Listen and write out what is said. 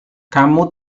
kamu